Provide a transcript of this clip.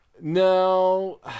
No